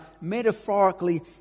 metaphorically